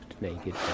naked